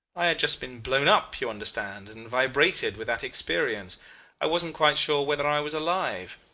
i had just been blown up, you understand, and vibrated with that experience i wasn't quite sure whether i was alive.